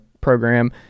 program